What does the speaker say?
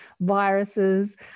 viruses